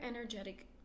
energetic